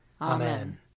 Amen